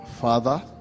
Father